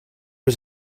was